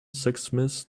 sexsmith